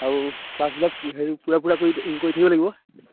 আৰু ক্লাছবিলাক হেৰি পূৰা পূৰা কৰি থাকিব লাগিব